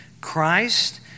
Christ